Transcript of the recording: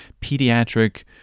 pediatric